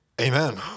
amen